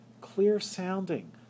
clear-sounding